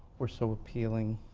or so appealing.